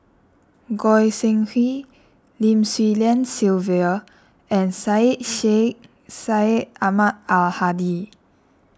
Goi Seng Hui Lim Swee Lian Sylvia and Syed Sheikh Syed Ahmad Al Hadi